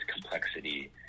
complexity